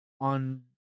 on